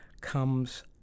comes